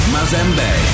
Mazembe